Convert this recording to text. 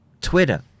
Twitter